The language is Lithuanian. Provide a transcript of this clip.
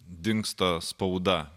dingsta spauda